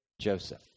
Joseph